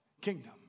kingdom